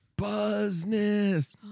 Buzzness